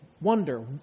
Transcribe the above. wonder